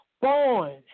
Born